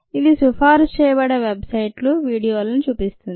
ఇది సిఫారసు చేయబడే వెబ్ సైట్ లు వీడియోలని చూపిస్తుంది